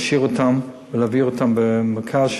להשאיר אותם ולהעביר אותם מהמרכז,